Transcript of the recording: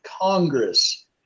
Congress